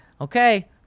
okay